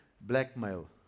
blackmail